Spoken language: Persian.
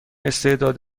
استعداد